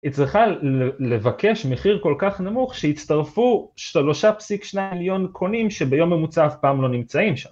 היא צריכה לבקש מחיר כל כך נמוך שיצטרפו שלושה פסיק שניים מליון קונים שביום ממוצע אף פעם לא נמצאים שם